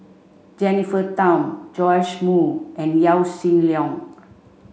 Jennifer Tham Joash Moo and Yaw Shin Leong